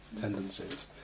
tendencies